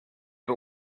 but